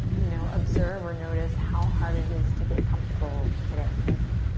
you know, observe or notice how hard it is to get comfortable today, maybe.